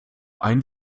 ein